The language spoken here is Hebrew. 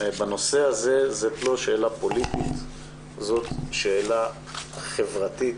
בנושא הזה זאת לא שאלה פוליטית אלא זאת שאלה חברתית,